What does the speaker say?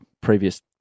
previous